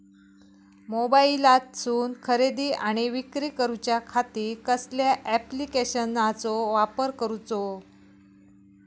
मोबाईलातसून खरेदी आणि विक्री करूच्या खाती कसल्या ॲप्लिकेशनाचो वापर करूचो?